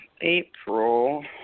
April